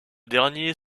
dernier